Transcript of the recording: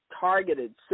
targeted